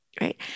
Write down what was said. right